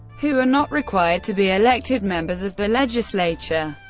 who are not required to be elected members of the legislature.